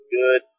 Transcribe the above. good